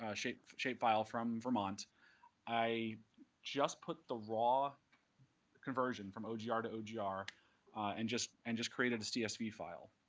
shapefile shapefile from vermont i just put the raw conversion from o g r two o g r and just and just created the csv file.